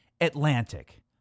Atlantic